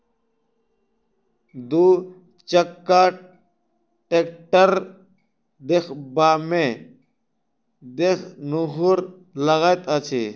दू चक्का टेक्टर देखबामे देखनुहुर लगैत अछि